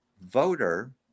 voter